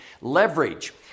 Leverage